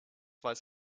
weiß